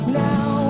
now